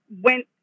went